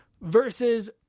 versus